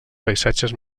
paisatges